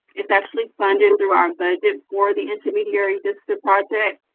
it's actually funded through our budget for the intermediary vista projects,